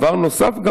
דבר נוסף,